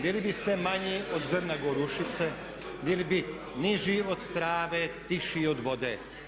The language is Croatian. Bili biste manji od zrna gorušice, bili bi niži od trave, tiši od vode.